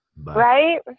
Right